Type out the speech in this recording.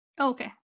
okay